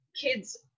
kids